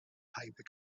paper